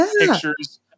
pictures